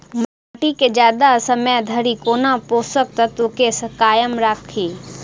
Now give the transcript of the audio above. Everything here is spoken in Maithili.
माटि केँ जियादा समय धरि कोना पोसक तत्वक केँ कायम राखि?